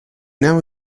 now